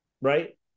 right